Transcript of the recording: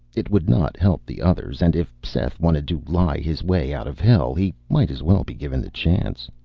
it would not help the others, and if seth wanted to lie his way out of hell, he might as well be given the chance.